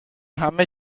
همه